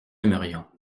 aimerions